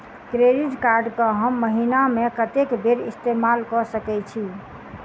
Credit card कऽ हम महीना मे कत्तेक बेर इस्तेमाल कऽ सकय छी?